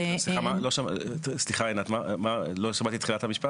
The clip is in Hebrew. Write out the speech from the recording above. סליחה, עינת, לא שמעתי את תחילת המשפט.